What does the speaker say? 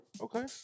Okay